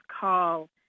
call